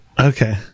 Okay